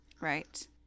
right